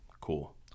cool